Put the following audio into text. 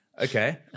Okay